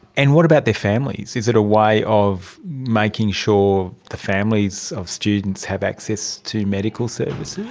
and what about their families? is it a way of making sure the families of students have access to medical services?